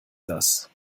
das